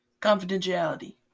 Confidentiality